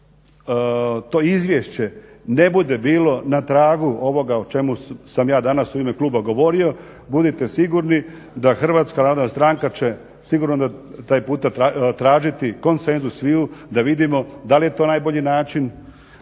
to izvješće ne bude bilo na tragu ovoga o čemu sam ja danas u ime kluba govorio budite sigurni da Hrvatska narodna stranka će sigurno taj puta tražiti konsenzus sviju, da vidimo da li je to najbolji način.